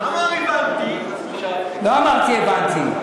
אמר: הבנתי, לא אמרתי "הבנתי".